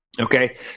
Okay